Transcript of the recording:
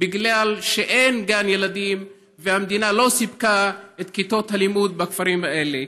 כי אין גן ילדים והמדינה לא סיפקה את כיתות הלימוד בכפרים האלה.